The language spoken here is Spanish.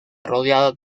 rodeado